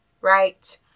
right